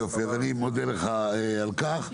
יופי, אני מודה לך על כך.